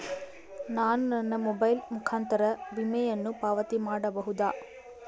ನಾನು ನನ್ನ ಮೊಬೈಲ್ ಮುಖಾಂತರ ವಿಮೆಯನ್ನು ಪಾವತಿ ಮಾಡಬಹುದಾ?